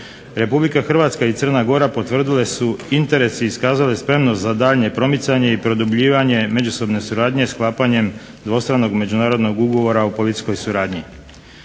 Republika Hrvatska i Crna Gora potvrdile su interes i iskazale spremnost za daljnje promicanje i produbljivanje međusobne suradnje sklapanjem dvostranog međunarodnog ugovora o policijskoj suradnji.